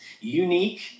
unique